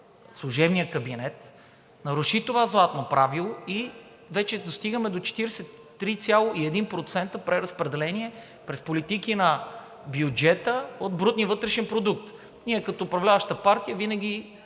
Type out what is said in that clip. служебния кабинет, наруши това златно правило и вече достигаме до 43,1% преразпределение през политики на бюджета от брутния вътрешен продукт. Ние като управляваща партия винаги